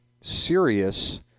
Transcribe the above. serious